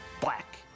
black